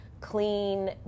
clean